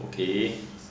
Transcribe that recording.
okay